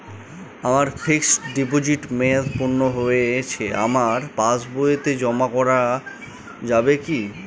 আমার ফিক্সট ডিপোজিটের মেয়াদ পূর্ণ হয়েছে আমার পাস বইতে জমা করা যাবে কি?